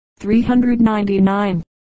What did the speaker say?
399